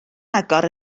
agor